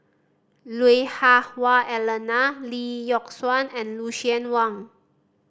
Lui Hah Wah Elena Lee Yock Suan and Lucien Wang